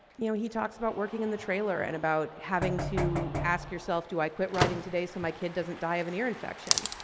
you know he talks about working in the trailer and about having to ask yourself do i quit writing today so my kid doesn't die of an ear infection.